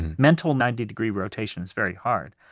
mental ninety degree rotation is very hard,